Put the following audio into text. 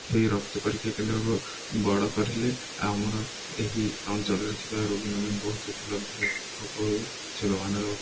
ସେହି ରକ୍ତ ପରୀକ୍ଷା କେନ୍ଦ୍ରକୁ ବଡ଼ କରିଲେ ଆମର ଏହି ଅଞ୍ଚଳରେ ଥିବା ରୋଗୀମାନେ ବହୁତ ଉପଲବ୍ଧ ଓ ବହୁ ସେବାମାନର